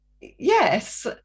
Yes